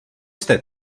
jste